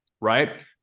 Right